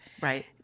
Right